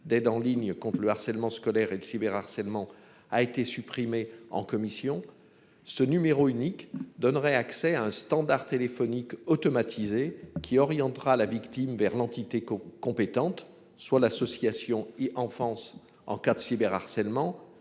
d'aide en ligne compte le harcèlement scolaire et de cyberharcèlement a été supprimé en commission ce numéro unique donnerait accès à un standard téléphonique automatisé qui orientera la victime vers l'entité co-compétente soit l'association Enfance en cas de cyber harcèlement